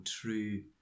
true